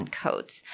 codes